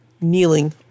kneeling